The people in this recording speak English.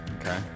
Okay